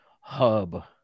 hub